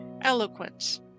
eloquence